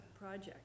project